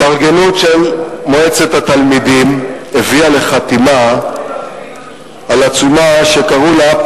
התארגנות של מועצת התלמידים הביאה לחתימה על עצומה שקראו לה,